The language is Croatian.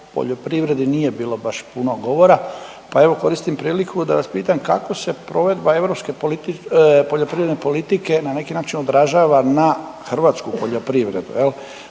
poljoprivredi nije bilo baš puno govora, pa evo koristim priliku da vas pitam kako se provedba europske politi…, poljoprivredne politike na neki način odražava na hrvatsku poljoprivredu